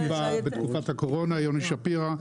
יוני שפירא?